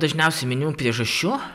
dažniausiai minimų priežasčių